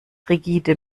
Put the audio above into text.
rigide